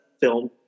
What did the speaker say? film